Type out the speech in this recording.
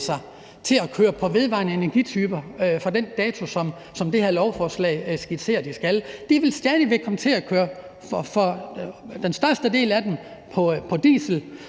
til at køre på vedvarende energityper fra den dato, som det her lovforslag skitserer de skal. De vil for den største dels vedkommende